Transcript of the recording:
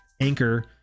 Anchor